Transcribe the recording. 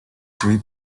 three